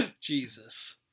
jesus